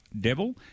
Devil